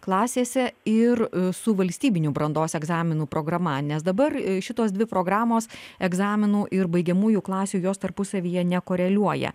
klasėse ir su valstybinių brandos egzaminų programa nes dabar šitos dvi programos egzaminų ir baigiamųjų klasių jos tarpusavyje nekoreliuoja